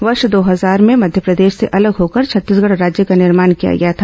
वर्ष दो हजार भें मध्यप्रदेश से अलग होकर छत्तीसगढ राज्य का निर्माण किया गया था